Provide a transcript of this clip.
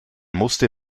musste